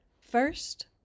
First